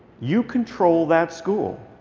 you control that school.